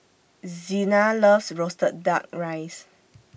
Zina loves Roasted Duck Rice